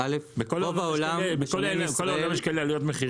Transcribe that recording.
בכל העולם יש כאלה עליות מחירים.